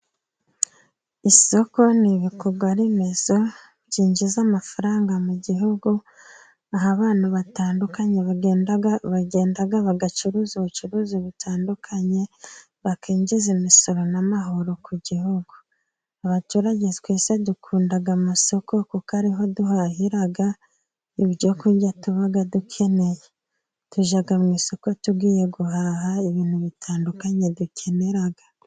Isoko ni ibikorwaremezo byinjiza amafaranga mu gihugu, aho abantu batandukanye bagenda bagacuruza ubucuruzi butandukanye bakwinjiza imisoro n'amahoro ku gihugu. Abaturage twese dukunda amasoko kuko ariho duhahira ibyo kurya tuba dukeneye, tujya mu isoko tugiye guhaha ibintu bitandukanye dukenera.